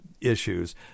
issues –